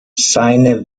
seine